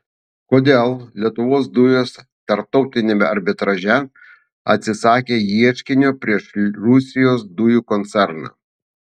kodėl lietuvos dujos tarptautiniame arbitraže atsisakė ieškinio prieš rusijos dujų koncerną